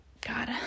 God